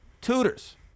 tutors